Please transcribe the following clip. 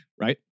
right